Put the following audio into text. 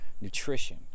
nutrition